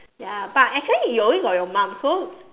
ya but actually you only got your mum so